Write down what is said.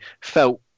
felt